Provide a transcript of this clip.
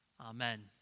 amen